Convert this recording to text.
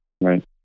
Right